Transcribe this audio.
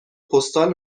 پستال